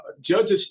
judges